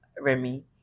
Remy